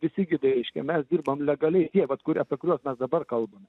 visi gidai reiškia mes dirbam legaliai tie vat kur apie kuriuos mes dabar kalbame